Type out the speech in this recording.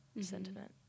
sentiment